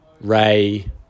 Ray